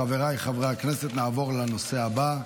חבריי חברי הכנסת, נעבור לנושא הבא,